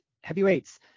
heavyweights